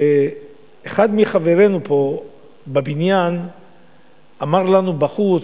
ואחד מחברינו פה בבניין אמר לנו בחוץ,